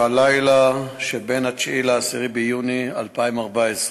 בלילה שבין 9 ל-10 ביוני 2014,